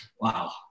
wow